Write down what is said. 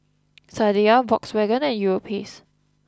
Sadia Volkswagen and Europace